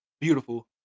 Beautiful